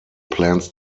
plans